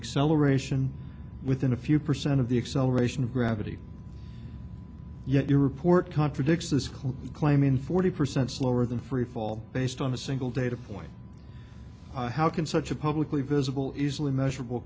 exhilaration within a few percent of the acceleration of gravity yet you report contradicts this claim in forty percent slower than freefall based on a single data point how can such a publicly visible easily measurable